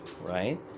right